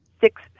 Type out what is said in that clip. six